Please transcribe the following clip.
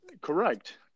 Correct